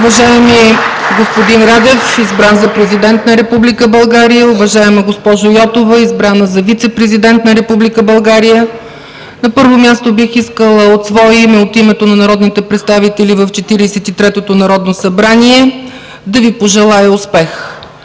Уважаеми господин Радев, избран за Президент на Република България, уважаема госпожо Йотова, избрана за Вицепрезидент на Република България! На първо място, бих искала от свое име и от името на народните представители в Четиридесет и третото народно събрание да Ви пожелая успех!